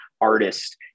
artist